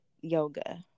yoga